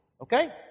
Okay